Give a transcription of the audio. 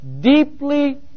deeply